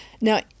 Now